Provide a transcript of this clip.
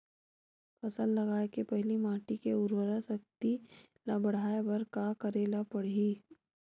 फसल लगाय के पहिली माटी के उरवरा शक्ति ल बढ़ाय बर का करेला पढ़ही?